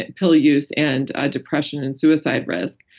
and pill use and ah depression and suicide risk,